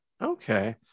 Okay